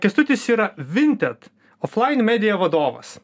kęstutis yra vintet oflain medija vadovas